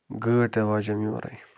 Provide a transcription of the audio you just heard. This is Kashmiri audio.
گٲڑۍ تہِ واجَم یورَے